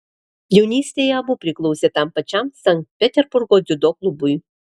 jaunystėje abu priklausė tam pačiam sankt peterburgo dziudo klubui